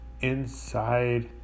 inside